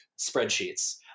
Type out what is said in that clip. spreadsheets